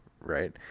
right